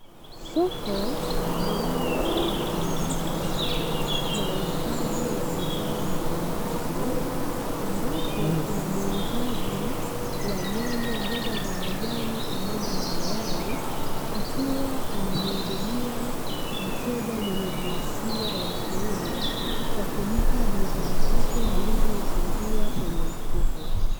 Soko linalojishughulisha na uuzaji wa bidhaa mbalimbali, ambapo kuna muuzaji wa: nyanya, mboga za majani pamoja na mayai; akiwa anamuhudumia mteja mwenye jinsia ya kiume kwa kumpa bidhaa zake alizomfungia kwenye mfuko.